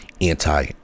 anti